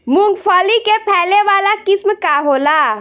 मूँगफली के फैले वाला किस्म का होला?